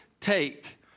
take